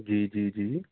جی جی جی